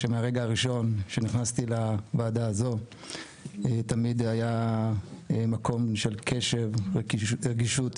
שמהרגע הראשון שנכנסתי לוועדה הזו תמיד היה מקום של קשב ורגישות,